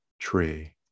tree